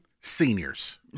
seniors